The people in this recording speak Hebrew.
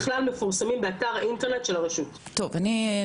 אני יותר לא נכנסת היום לאתר הרשות,